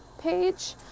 page